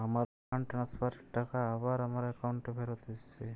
আমার fund transfer এর টাকা আবার আমার একাউন্টে ফেরত এসেছে